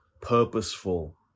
purposeful